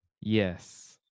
Yes